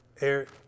Eric